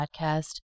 podcast